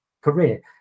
career